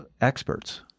experts